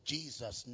Jesus